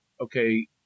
okay